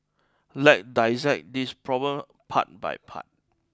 let's dissect this problem part by part